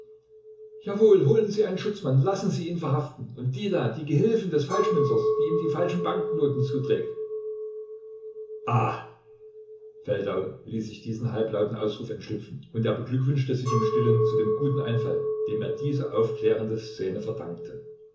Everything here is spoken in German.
jawohl holen sie einen schutzmann lassen sie ihn verhaften und die da die gehilfin des falschmünzers die ihm die falschen banknoten zuträgt ah feldau ließ sich diesen halblauten ausruf entschlüpfen und er beglückwünschte sich im stillen zu dem guten einfall dem er diese aufklärende szene verdankte